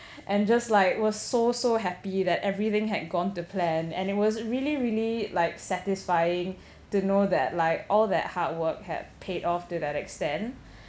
and just like was so so happy that everything had gone to plan and it was really really like satisfying to know that like all that hard work had paid off till that extent